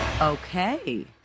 Okay